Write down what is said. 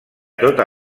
tota